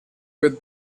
with